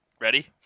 ready